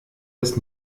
des